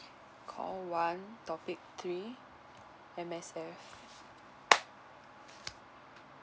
call one topic three M_S_F